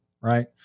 right